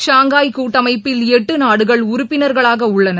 Shanghai கூட்டமைப்பில் எட்டுநாடுகள் உறுப்பினர்களாகஉள்ளன